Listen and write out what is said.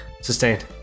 sustained